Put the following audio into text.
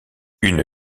une